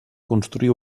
construir